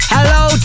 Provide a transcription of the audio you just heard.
Hello